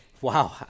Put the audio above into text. Wow